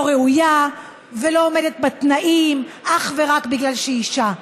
ראויה ולא עומדת בתנאים אך ורק בגלל שהיא אישה.